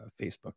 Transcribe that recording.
Facebook